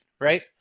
right